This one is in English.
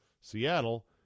Seattle